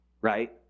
right